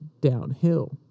downhill